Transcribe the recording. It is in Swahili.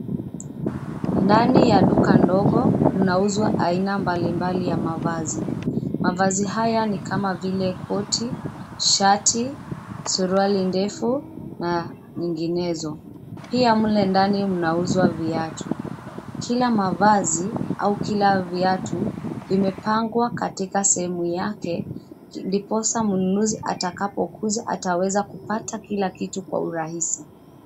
Ndani ya duka ndogo, mnauzwa aina mbalimbali ya mavazi, mavazi haya ni kama vile koti, shati, suruali ndefu na menginezo, pia mle ndani mnauzwa viatu, kila mavazi au kila viatu, vimepangwa katika sehemu yake, ndiposa mnunuzi atakapokuja ataweza kupata kila kitu kwa urahisi.